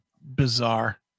bizarre